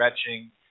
stretching